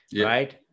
right